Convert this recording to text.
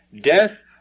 Death